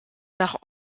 nach